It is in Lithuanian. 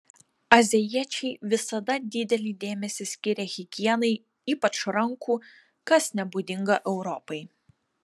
azijiečiai visada didelį dėmesį skyrė higienai ypač rankų kas nebūdinga europai